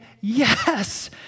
yes